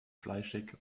fleischig